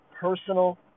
personal